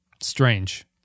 strange